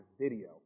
video